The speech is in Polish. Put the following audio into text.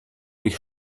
ich